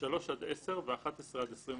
3 עד 10 ו-11 עד 21,